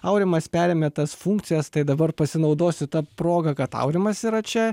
aurimas perėmė tas funkcijas tai dabar pasinaudosiu ta proga kad aurimas yra čia